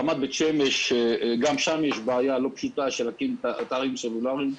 ברמת בית שמש יש בעיה לא פשוטה להקים אתרים סלולריים.